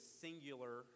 singular